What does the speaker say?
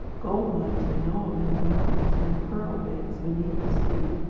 gold-mines we know of in the mountains and pearl-beds beneath the sea.